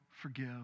forgive